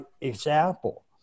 example